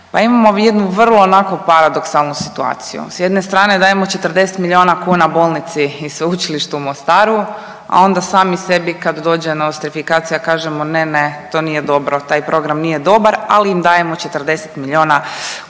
imamo jednu vrlo onako paradoksalnu situaciju. S jedne strane dajemo 40 miliona kuna bolnici i Sveučilištu u Mostaru, a onda sami sebi kad dođe nostrifikacija kažemo ne, ne to nije dobro, taj program nije dobar, ali im dajemo 40 miliona kuna dok